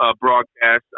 broadcast